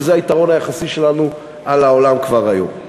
שזה היתרון היחסי שלנו על העולם כבר היום.